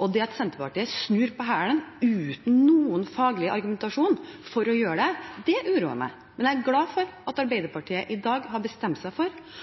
og det at Senterpartiet snur på hælen uten noen faglig argumentasjon for å gjøre det, uroer meg, men jeg er glad for at Arbeiderpartiet i dag har bestemt seg for